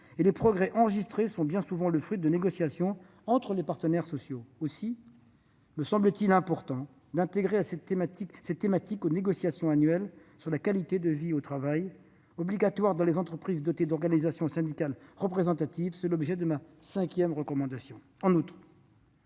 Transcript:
et les progrès enregistrés sont bien souvent le fruit de négociations entre les partenaires sociaux. Aussi me semble-t-il important d'intégrer cette thématique aux négociations annuelles sur la qualité de vie au travail, obligatoires dans les entreprises dotées d'organisations syndicales représentatives. C'est l'objet de ma cinquième proposition.